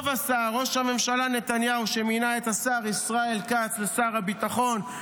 טוב עשה ראש הממשלה נתניהו שמינה את השר ישראל כץ לשר הביטחון,